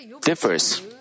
differs